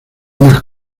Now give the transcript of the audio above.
unas